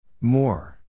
More